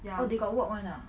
oh they got work [one] ah